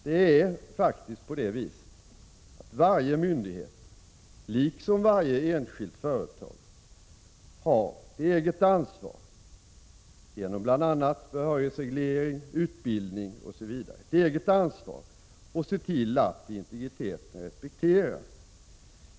Det är faktiskt på det viset att varje myndighet, liksom varje enskilt företag, har ett eget ansvar — genom behörighetsreglering, utbildning osv. — att se till att integriteten respekteras.